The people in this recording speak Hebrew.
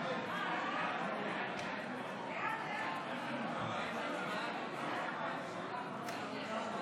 הצעת ועדת הכנסת להעביר את הצעת חוק להגנת חיית הבר (תיקון,